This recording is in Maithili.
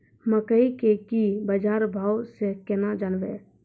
मकई के की बाजार भाव से केना जानवे?